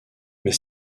mais